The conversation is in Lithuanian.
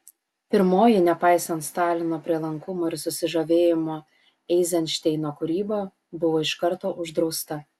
pirmoji nepaisant stalino prielankumo ir susižavėjimo eizenšteino kūryba buvo iš karto uždrausta